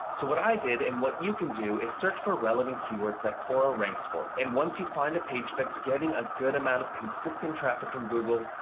so what i did and what you can do is search for relevant keywords that quora ranks for. and once you find a page that's getting a good amount of consistent traffic from google,